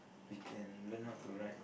we can learn how to ride